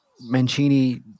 Mancini